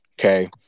Okay